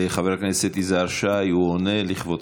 חבר הכנסת יזהר שי, הוא עונה לכבודך.